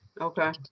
Okay